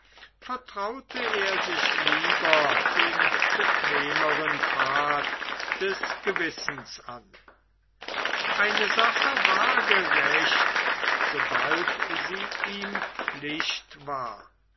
vertraute er sich lieber dem bequemeren pfad des gewissens an eine sache war gerecht sobald sie ihm pflicht war